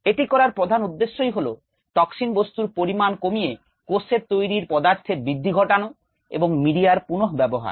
এটি করার প্রধান উদ্দেশ্যই হলো টক্সিন বস্তুর পরিমাণ কমিয়ে কোষের তৈরীর পদার্থের বৃদ্ধি ঘটানো এবং মিডিয়ার পুনঃ ব্যবহার